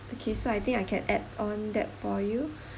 okay so I think I can add on that for you